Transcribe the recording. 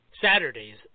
Saturdays